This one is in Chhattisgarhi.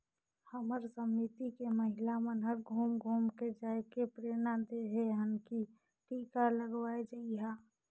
हमर समिति के महिला मन हर घुम घुम के जायके प्रेरना देहे हन की टीका लगवाये जइहा